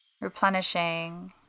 replenishing